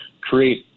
create